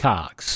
Cox